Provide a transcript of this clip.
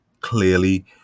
clearly